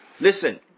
Listen